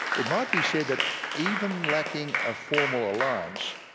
it might be said that even lacking a formal alliance,